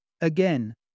Again